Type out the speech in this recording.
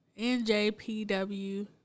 NJPW